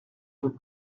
veux